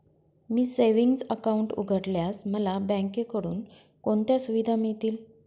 मी savings account उघडल्यास मला बँकेकडून कोणत्या सुविधा मिळतील?